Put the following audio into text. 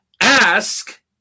Ask